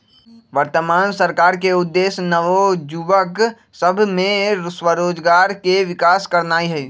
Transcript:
वर्तमान सरकार के उद्देश्य नओ जुबक सभ में स्वरोजगारी के विकास करनाई हई